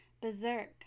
Berserk